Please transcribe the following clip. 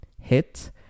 hit